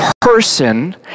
person